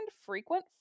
frequent